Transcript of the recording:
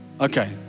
Okay